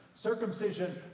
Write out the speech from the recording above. Circumcision